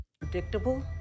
Predictable